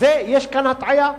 יש כאן הטעיה.